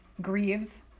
grieves